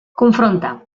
confronta